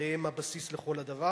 הרי הם הבסיס לכל הדבר,